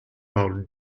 while